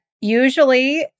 usually